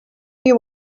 you